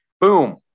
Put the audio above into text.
Boom